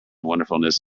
wonderfulness